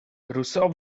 rousseau